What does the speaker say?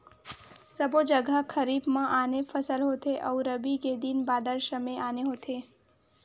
सबो जघा खरीफ म आने फसल होथे अउ रबी के दिन बादर समे आने होथे